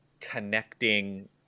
connecting